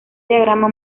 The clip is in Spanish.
diagrama